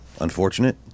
Unfortunate